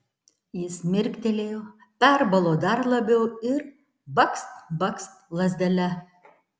jis mirktelėjo perbalo dar labiau ir bakst bakst lazdele